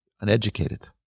Uneducated